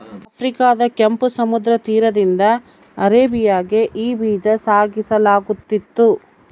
ಆಫ್ರಿಕಾದ ಕೆಂಪು ಸಮುದ್ರ ತೀರದಿಂದ ಅರೇಬಿಯಾಗೆ ಈ ಬೀಜ ಸಾಗಿಸಲಾಗುತ್ತಿತ್ತು